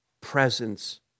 presence